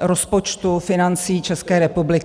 rozpočtu, financí České republiky.